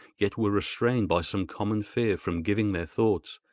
yet were restrained by some common fear from giving their thoughts.